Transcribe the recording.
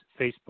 Facebook